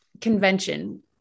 convention